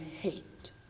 hate